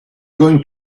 going